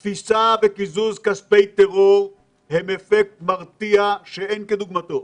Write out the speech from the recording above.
גם תפיסה וקיזוז כספי טרור הם אפקט מרתיע שאין כדוגמתו.